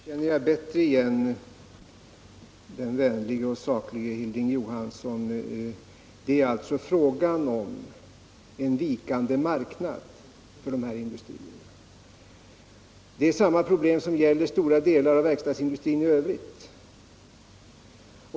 Herr talman! Nu känner jag bättre igen den vänlige och saklige Hilding Johansson. Det är alltså fråga om en vikande marknad för de här industrierna. Det är samma problem som gäller för stora delar av verkstadsindustrin i övrigt.